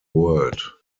world